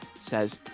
says